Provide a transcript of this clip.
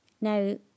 Now